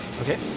Okay